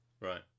Right